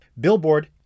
Billboard